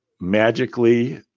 magically